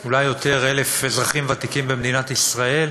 800,000 ואולי יותר אזרחים ותיקים במדינת ישראל,